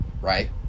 right